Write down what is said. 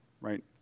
right